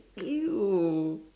!eww!